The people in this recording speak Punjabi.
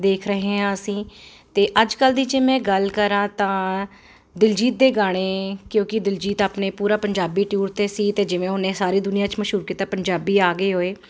ਦੇਖ ਰਹੇ ਹਾਂ ਅਸੀਂ ਤੇ ਅੱਜ ਕੱਲ ਦੀ ਜੇ ਮੈਂ ਗੱਲ ਕਰਾਂ ਤਾਂ ਦਿਲਜੀਤ ਦੇ ਗਾਣੇ ਕਿਉਂਕਿ ਦਿਲਜੀਤ ਆਪਣੇ ਪੂਰਾ ਪੰਜਾਬੀ ਦੂਰ ਤੇ ਸੀ ਤੇ ਜਿਵੇਂ ਹੁਣੇ ਸਾਰੀ ਦੁਨੀਆਂ ਚ ਮਸ਼ੂਰ ਕੀਤਾ ਪੰਜਾਬੀ ਆ ਗਏ ਓਏ